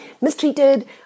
mistreated